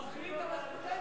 הוא מחליט על הסטודנטים,